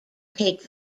take